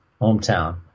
hometown